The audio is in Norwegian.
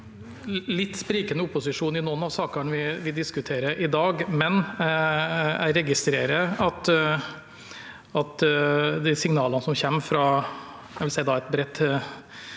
litt sprikende opposisjon i noen av sakene vi diskuterer i dag, men jeg registrerer de signalene som kommer fra det jeg